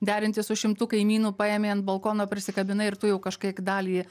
derinti su šimtu kaimynu paėmei ant balkono prisikabinai ir tu jau kažkiek dalį